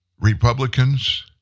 Republicans